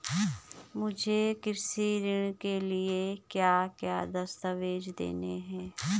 मुझे कृषि ऋण के लिए क्या क्या दस्तावेज़ देने हैं?